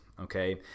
Okay